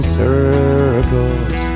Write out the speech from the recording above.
circles